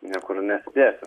niekur nesidėsi